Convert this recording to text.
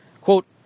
Quote